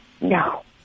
No